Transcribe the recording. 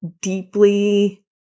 deeply